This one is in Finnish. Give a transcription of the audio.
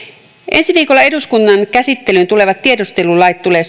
ensi viikolla eduskunnan käsittelyyn tulevat tiedustelulait tulee